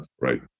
right